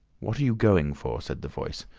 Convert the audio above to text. what are you going for? said the voice,